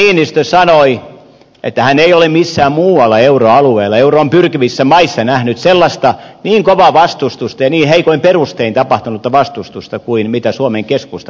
valtiovarainministeri niinistö sanoi että hän ei ole missään muualla euroalueella euroon pyrkivissä maissa nähnyt sellaista niin kovaa vastustusta ja niin heikoin perustein tapahtunutta vastustusta kuin mitä suomen keskusta eduskunnassa esitti